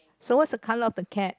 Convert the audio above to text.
so what's the colour of the cat